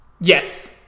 Yes